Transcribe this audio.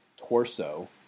torso